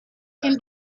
can